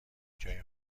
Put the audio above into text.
جای